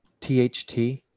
THT